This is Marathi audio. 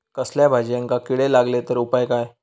कसल्याय भाजायेंका किडे लागले तर उपाय काय?